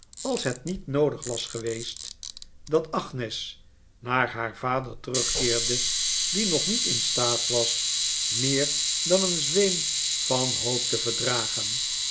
als het niet noodig was geweest dat agnes naar haar vader terugkeerde die nog niet in staat was meer dan een zweem van hoop te verdragen